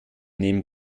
nehmen